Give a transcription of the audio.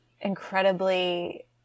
incredibly